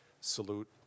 salute